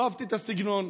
לא אהבתי את הסגנון.